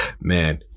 man